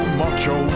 macho